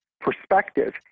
perspective